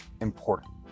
important